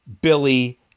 Billy